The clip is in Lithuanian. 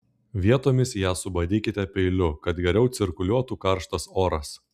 vietomis ją subadykite peiliu kad geriau cirkuliuotų karštas oras